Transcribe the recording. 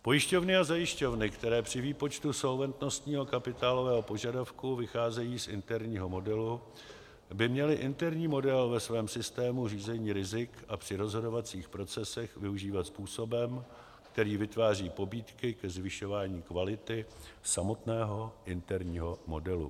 Pojišťovny a zajišťovny, které při výpočtu solventnostního kapitálového požadavku vycházejí z interního modelu, by měly interní model ve svém systému řízení rizik a při rozhodovacích procesech využívat způsobem, který vytváří pobídky ke zvyšování kvality samotného interního modelu.